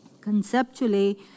conceptually